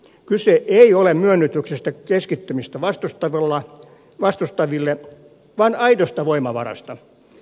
kyse ei ole myönnytyksestä keskittymistä vastustaville vaan aidosta voimavarasta